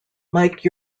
mike